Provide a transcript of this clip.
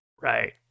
Right